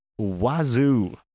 wazoo